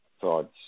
thoughts